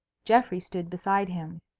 geoffrey stood beside him.